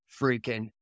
freaking